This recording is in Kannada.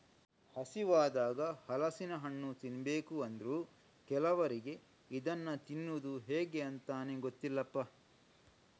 ಹಸಿವಾದಾಗ ಹಲಸಿನ ಹಣ್ಣು ತಿನ್ಬೇಕು ಅಂದ್ರೂ ಕೆಲವರಿಗೆ ಇದನ್ನ ತಿನ್ನುದು ಹೇಗೆ ಅಂತಾನೇ ಗೊತ್ತಿಲ್ಲಪ್ಪ